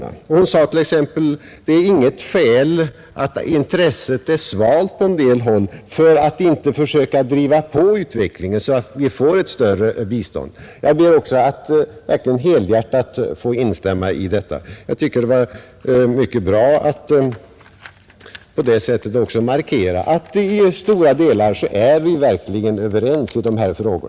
Fru Lewén-Eliasson sade t.ex. att om intresset är svalt på en del håll, så är det inget skäl för att inte försöka driva på utvecklingen så att vi får ett större bistånd. Jag ber också att helhjärtat få instämma i detta. Det var mycket bra att jag på detta sätt också fick markera att vi i stora delar verkligen är överens i dessa frågor.